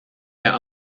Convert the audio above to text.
wer